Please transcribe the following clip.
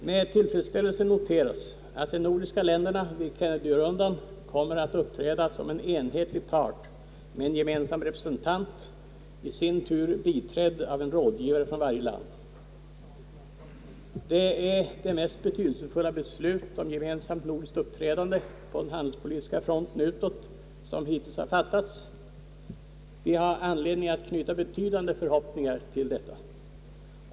Med tillfredsställelse noteras att de nordiska länderna vid Kennedyrundan kommer att uppträda som en enhetlig part med en gemensam representant, i sin tur biträdd av en rådgivare från varje land. Det är det mest betydelsefulla beslut om gemensamt nordiskt uppträdande på den handelspolitiska fronten utåt som hittills har fattats. Vi har anledning att knyta betydande förhoppningar till detta.